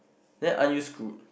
then aren't you screwed